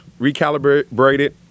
recalibrated